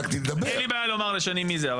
אין לי בעיה לומר לשני מי זה.